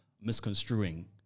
misconstruing